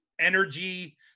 energy